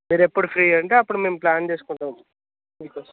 మీరు ఎప్పుడు ఫ్రీ అంటే అప్పుడు మేము ప్లాన్ చేసుకుంటాం